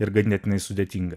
ir ganėtinai sudėtinga